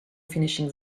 finishing